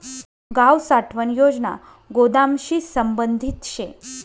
गाव साठवण योजना गोदामशी संबंधित शे